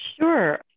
Sure